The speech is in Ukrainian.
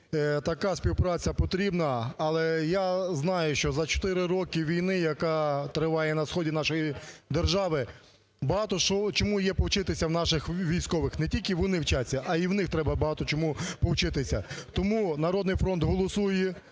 Така співпраця потрібна. Але я знаю, що за чотири роки війни, яка триває на сході нашої держави, багато чому є повчитися у наших військових, не тільки вони вчаться, а і у них треба багато чому повчитися. Тому "Народний фронт" голосує,